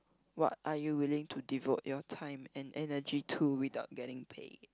what are you willing to devote your time and energy to without getting paid